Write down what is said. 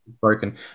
broken